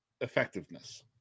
effectiveness